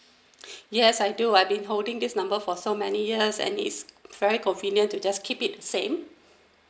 yes I do I've been holding this number for so many years and it's very convenient to just keep it the same